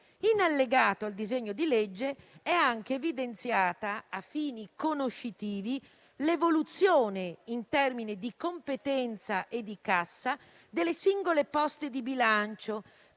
In allegato al disegno di legge è anche evidenziata, a fini conoscitivi, l'evoluzione in termini di competenza e di cassa delle singole poste di bilancio,